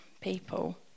people